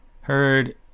heard